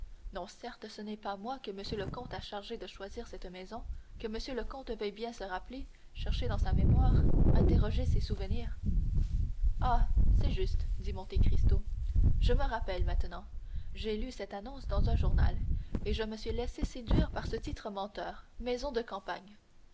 non certes ce n'est pas moi que monsieur le comte a chargé de choisir cette maison que monsieur le comte veuille bien se rappeler chercher dans sa mémoire interroger ses souvenirs ah c'est juste dit monte cristo je me rappelle maintenant j'ai lu cette annonce dans un journal et je me suis laissé séduire par ce titre menteur maison de campagne